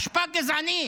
אשפה גזענית.